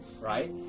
right